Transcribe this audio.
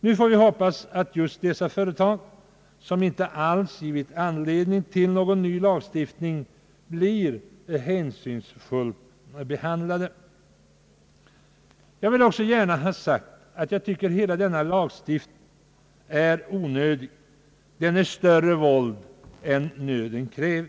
Nu får vi hoppas att just dessa företag, som inte alls har givit anledning till någon ny lagstiftning, blir hänsynsfullt behandlade. Jag vill också gärna ha sagt att jag tycker att hela denna lagstiftning är onödig; den innebär större våld än nöden kräver.